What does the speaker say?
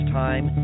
time